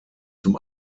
zum